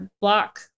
block